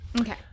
Okay